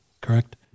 correct